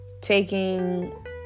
taking